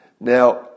Now